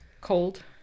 Cold